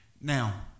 Now